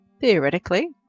theoretically